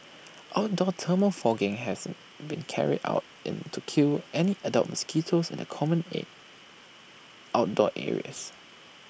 outdoor thermal fogging has been carried out into kill any adult mosquitoes in the common and outdoor areas